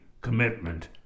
commitment